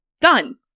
Done